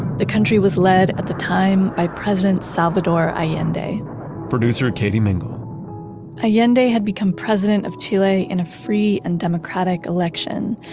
the country was led at the time by president salvador allende producer katie mingle allende had become president of chile in a free and democratic election.